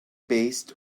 based